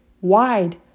wide